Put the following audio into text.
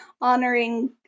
honoring